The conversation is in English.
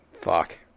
Fuck